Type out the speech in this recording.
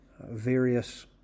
Various